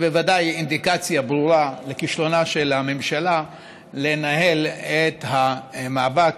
בוודאי אינדיקציה ברורה לכישלונה של הממשלה לנהל את המאבק